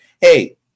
hey